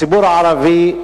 הציבור הערבי,